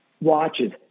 watches